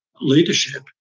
leadership